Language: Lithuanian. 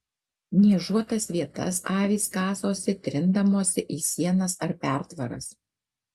niežuotas vietas avys kasosi trindamosi į sienas ar pertvaras